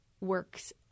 works